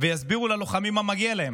ויסבירו ללוחמים מה מגיע להם